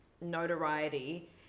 notoriety